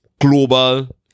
global